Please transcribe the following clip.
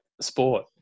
sport